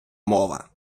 мова